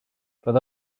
roedd